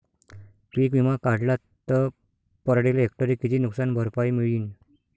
पीक विमा काढला त पराटीले हेक्टरी किती नुकसान भरपाई मिळीनं?